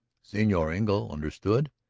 senor engle understood.